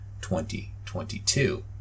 2022